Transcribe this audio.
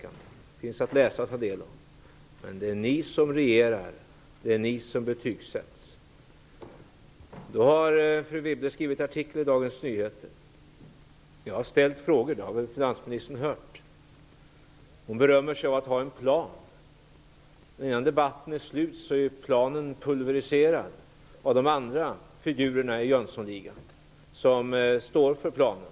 Det finns att läsa. Men det är ni regerar, det är ni som betygsätts. Fru Wibble har skrivit en artikel i Dagens Nyheter. Jag har ställt frågor i dag, det har finansministern hört. Hon berömmer sig om att ha en plan. När debatten är slut är den planen pulvriserad av de andra figurerna i Jönssonligan som står för planen.